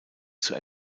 zur